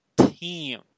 team